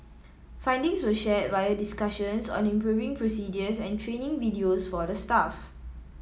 findings were shared via discussions on improving procedures and training videos for the staff